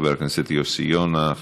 חבר הכנסת יוסי יונה,